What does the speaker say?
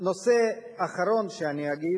נושא אחרון שאני אגיד,